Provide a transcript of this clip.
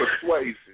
persuasion